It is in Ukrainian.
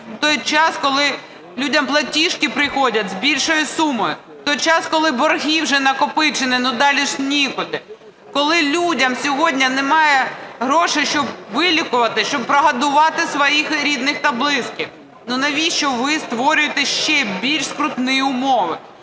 в той час, коли людям платіжки приходять з більшою сумою, в той час, коли борги вже накопичені далі нікуди, коли людям сьогодні немає грошей, щоб вилікувати, щоб прогодувати своїх рідних та близьких. Ну навіщо ви створюєте ще більш скрутні умови?